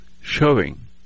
showing